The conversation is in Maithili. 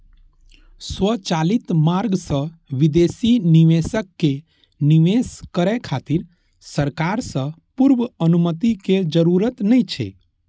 स्वचालित मार्ग सं विदेशी निवेशक कें निवेश करै खातिर सरकार सं पूर्व अनुमति के जरूरत नै छै